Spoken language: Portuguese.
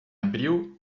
abril